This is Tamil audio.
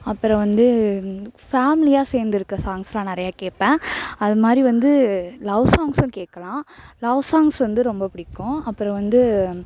அப்புறம் வந்து ஃபேமிலியாக சேர்ந்துருக்கிற சாங்க்ஸ் எல்லாம் நிறையா கேட்பேன் அதுமாதிரி வந்து லவ் சாங்க்ஸ்ஸும் கேட்கலாம் லவ் சாங்க்ஸ் வந்து ரொம்ப பிடிக்கும் அப்புறம் வந்து